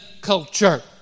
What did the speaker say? culture